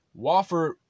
Wofford